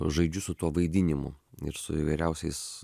žaidžiu su tuo vaidinimu ir su įvairiausiais